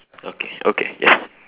okay okay yes